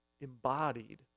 embodied